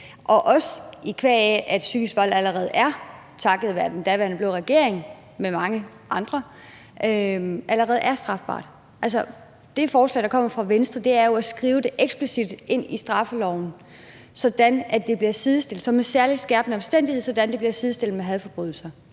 også fordi psykisk vold allerede er – takket være den daværende blå regering og mange andre – strafbart. Altså, det forslag, der er kommet fra Venstre, er jo at skrive det eksplicit ind i straffeloven, sådan at det som en særlig skærpende omstændighed bliver sidestillet med hadforbrydelser.